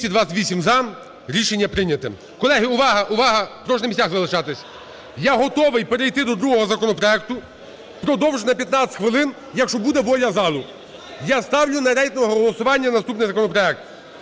За-228 Рішення прийняте. Колеги, увага, увага! Прошу на місцях залишатись. Я готовий перейти до другого законопроекту. Продовжуємо на 15 хвилин. Якщо буде воля зали, я ставлю на рейтингове голосування наступний законопроект.